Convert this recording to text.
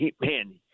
man